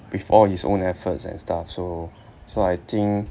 with all his own efforts and stuff so so I think